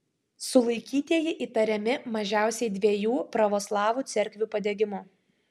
sulaikytieji įtariami mažiausiai dviejų pravoslavų cerkvių padegimu